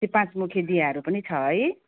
त्यो पाँच मुखे दियाहरू पनि छ है